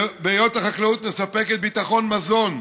בהיות החקלאות מספקת ביטחון מזון,